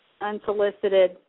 unsolicited